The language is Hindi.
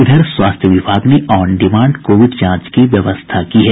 इधर स्वास्थ्य विभाग ने ऑन डिमांड कोविड जांच की व्यवस्था की है